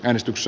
äänestys